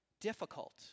difficult